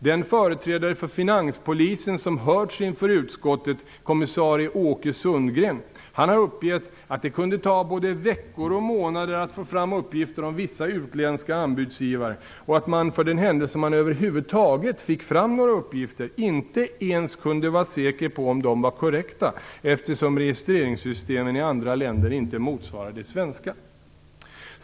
Den företrädare för finanspolisen som hörts inför utskottet, kommissarie Åke Sundgren, har uppgivit att det kunde ta både veckor och månader att få fram uppgifter om vissa utländska anbudsgivare och att man, för den händelse man fick fram några uppgifter över huvud taget, inte ens kunde vara säker på om dessa var korrekta, eftersom registreringssystemen i andra länder inte motsvarar det svenska.